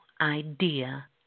idea